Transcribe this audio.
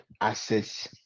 access